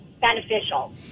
beneficial